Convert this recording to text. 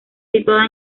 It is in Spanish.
situada